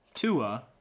Tua